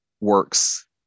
works